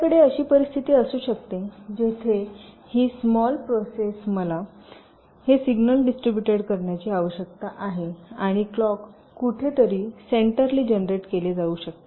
आपल्याकडे अशी परिस्थिती असू शकते जेथे ही स्मॉल प्रोसेस मला हे सिग्नल डिस्ट्रीब्युटेड करण्याची आवश्यकता आहे आणि क्लॉक कुठेतरी सेण्टरली जनरेट केले जाऊ शकते